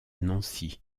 nancy